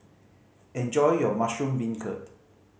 enjoy your mushroom beancurd